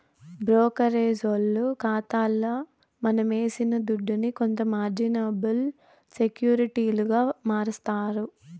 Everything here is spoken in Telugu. బ్రోకరేజోల్లు కాతాల మనమేసిన దుడ్డుని కొంత మార్జినబుల్ సెక్యూరిటీలుగా మారస్తారు